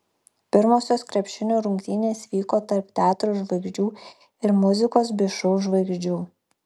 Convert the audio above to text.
pirmosios krepšinio rungtynės vyko tarp teatro žvaigždžių ir muzikos bei šou žvaigždžių